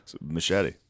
Machete